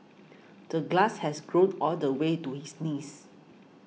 the glass has grown all the way to his knees